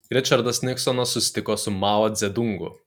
ričardas niksonas susitiko su mao dzedungu